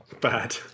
bad